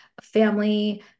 family